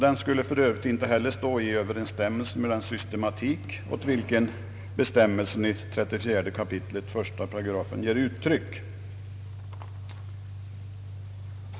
Den skulle för övrigt inte stå i överensstämmelse med den systematik, åt vilken bestämmelsen i 34 kap. 1 8 ger uttryck.